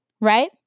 right